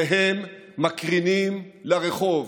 והם מקרינים לרחוב.